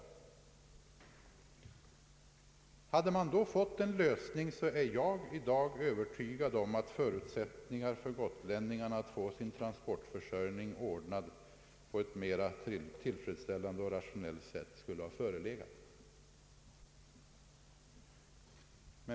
Om man då hade åstadkommit en lösning är jag övertygad om att förutsättningar skulle ha förelegat för gotlänningarna att få sin transportförsörjning ordnad på ett mera tillfredsställande och rationellt sätt.